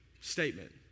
statement